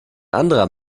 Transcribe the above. anderer